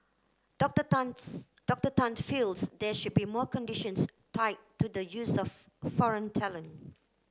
Doctor Tans Doctor Tan feels there should more conditions tied to the use of foreign talent